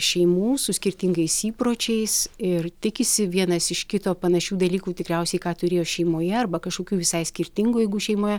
šeimų su skirtingais įpročiais ir tikisi vienas iš kito panašių dalykų tikriausiai ką turėjo šeimoje arba kažkokių visai skirtingų jeigu šeimoje